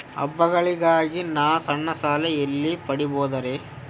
ಹಬ್ಬಗಳಿಗಾಗಿ ನಾ ಸಣ್ಣ ಸಾಲ ಎಲ್ಲಿ ಪಡಿಬೋದರಿ?